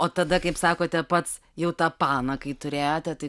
o tada kaip sakote pats jau tą paną kai turėjote tai